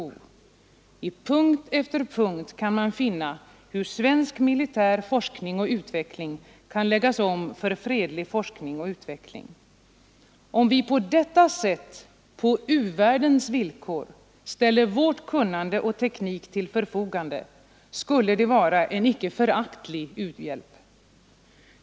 I punkt efter punkt kan man finna hur svensk militär forskning och utveckling kan läggas om för fredlig forskning och utveckling. Om vi på detta sätt på u-världens villkor ställer vårt kunnande och vår teknik till förfogande skulle det vara en icke föraktlig u-hjälp.